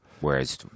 Whereas